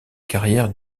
carrière